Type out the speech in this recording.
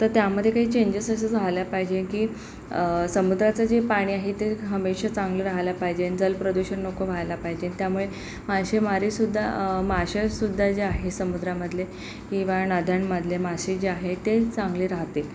तर त्यामध्ये काही चेंजेस असा झाला पाहिजे की समुद्राचं जे पाणी आहे ते हमेशा चांगलं रहायला पाहिजे जल प्रदूषण नको व्हायला पाहिजे त्यामुळे मासेमारीसुद्धा मासेसुद्धा जे आहे समुद्रामधले किंवा नद्यांमधले मासे जे आहे ते चांगले राहतील